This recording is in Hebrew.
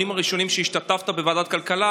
הראשונים שבהם השתתפת בוועדת הכלכלה